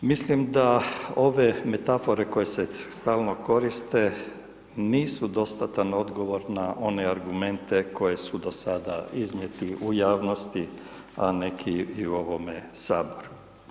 Mislim da ove metafore koje se stalno koriste nisu dostatan odgovor na one argumente koji su do sada iznijeti u javnosti, a neki i u ovome Saboru.